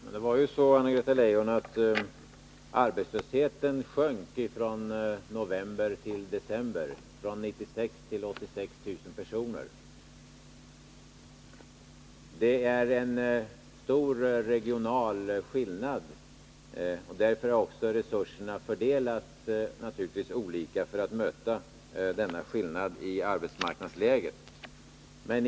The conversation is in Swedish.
Herr talman! Det var ju så, Anna-Greta Leijon, att arbetslösheten sjönk mellan november och december från 96 000 till 86 000 personer. Det föreligger stora regionala skillnader, och resurserna har naturligtvis fördelats olika för att möta denna skillnad i arbetsmarknadsläget.